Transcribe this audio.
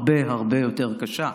הרבה הרבה יותר קשה.